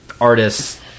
artists